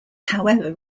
however